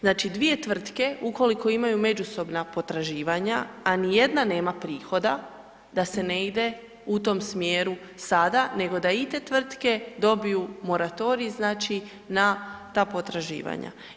Znači, dvije tvrtke ukoliko imaju međusobna potraživanja, a nijedna nema prihoda, da se ne ide u tom smjeru sada nego da i te tvrtke dobiju moratorij, znači na ta potraživanja.